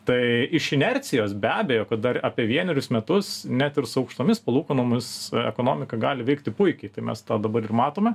tai iš inercijos be abejo kad dar apie vienerius metus net ir su aukštomis palūkanomis ekonomika gali veikti puikiai tai mes tą dabar ir matome